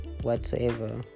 whatsoever